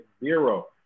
zero